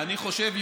אני חושב,